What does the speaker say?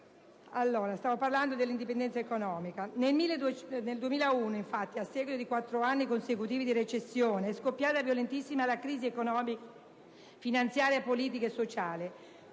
*(IdV)*. Stavo parlando dell'indipendenza economica. Nel 2001, infatti, a seguito di quattro anni consecutivi di recessione, è scoppiata violentissima la crisi economica, finanziaria, politica e sociale.